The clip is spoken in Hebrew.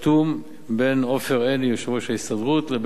הסכם העקרונות חתום בין עופר עיני,